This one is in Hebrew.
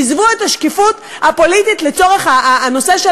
עזבו את השקיפות הפוליטית לצורך הנושא של